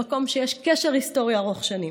במקום שיש קשר היסטורי ארוך שנים.